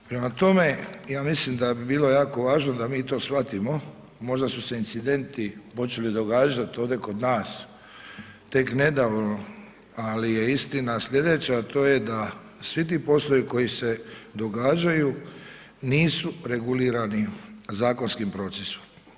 Prema tome, ja mislim da bi bilo jako važno da mi to shvatimo, možda su se incidenti počeli događati ovdje kod nas tek nedavno, ali je istina sljedeća, a to je da svi ti poslovi koji se događaju nisu regulirani zakonskim procesom.